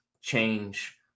change